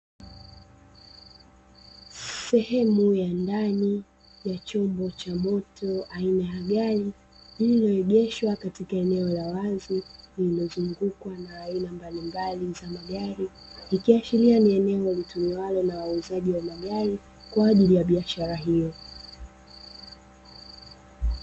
Sehemu ya ndani ya chombo cha moto aina ya gari lililoegeshwa katika eneo la wazi lililozungukwa na aina mbalimbali za magari, ikiashiria ni eneo litumiwalo na wauzaji wa magari kwa ajili ya biashara hiyo.